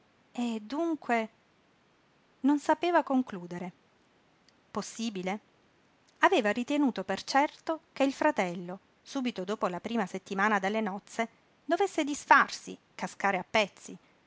e dunque non sapeva concludere possibile aveva ritenuto per certo che il fratello subito dopo la prima settimana dalle nozze dovesse disfarsi cascare a pezzi